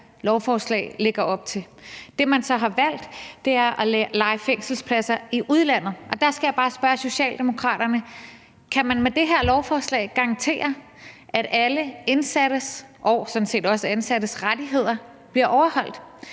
lovforslag lægger op til. Det, man så har valgt, er at leje fængselspladser i udlandet. Og der skal jeg bare spørge Socialdemokraterne: Kan man med det her lovforslag garantere, at alle indsattes og sådan set også ansattes rettigheder bliver overholdt?